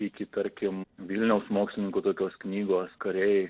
iki tarkim vilniaus mokslininkų tokios knygos kariai